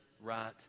right